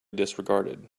disregarded